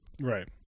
Right